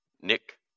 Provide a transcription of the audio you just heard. Nick